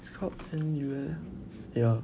it's called N_U_S ya